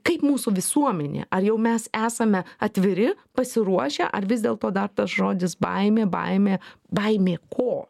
kaip mūsų visuomenė ar jau mes esame atviri pasiruošę ar vis dėlto dar tas žodis baimė baimė baimė ko